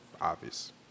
obvious